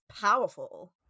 powerful